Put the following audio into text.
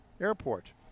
airport